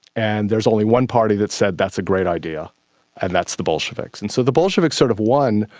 and there is only one party that said that's a great idea and that's the bolsheviks. and so the bolsheviks sort of won,